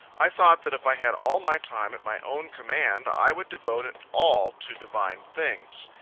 i thought that if i had all my time at my own command, i would devote it all to divine things.